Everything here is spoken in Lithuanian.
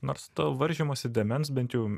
nors to varžymosi dėmens bent jau